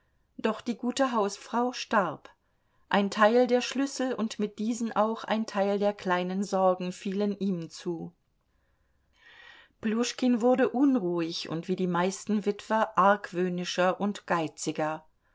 doch die gute hausfrau starb ein teil der schlüssel und mit diesen auch ein teil der kleinen sorgen fielen ihm zu pljuschkin wurde unruhig und wie die meisten witwer argwöhnischer und geiziger